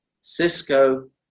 Cisco